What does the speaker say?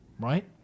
right